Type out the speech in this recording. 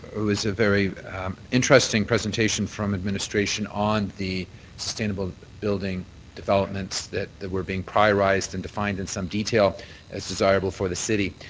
very interesting presentation from administration on the sustainable building development that that were being priorized and defined in some detail as desirable for the city.